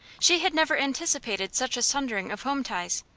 she had never anticipated such a sundering of home ties,